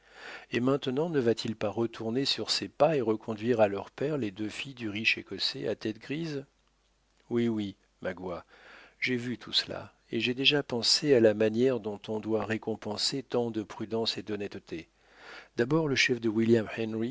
et maintenant ne va-t-il pas retourner sur ses pas et reconduire à leur père les deux filles du riche écossais à tête grise oui oui magua j'ai vu tout cela et j'ai déjà pensé à la manière dont on doit récompenser tant de prudence et d'honnêteté d'abord le chef de william henry